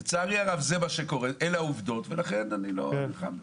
לצערי רב כך קורה, אלה העובדות, ולכן אני לא נלחם.